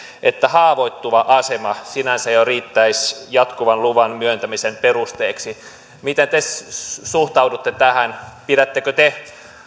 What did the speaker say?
että haavoittuva asema sinänsä jo riittäisi jatkuvan luvan myöntämisen perusteeksi miten te suhtaudutte tähän pidättekö te